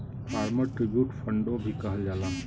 farmer tribute फ़ंडो भी कहल जाला